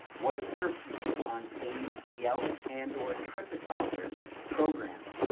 what is your opinion on paid yelp and or tripadvisor programs?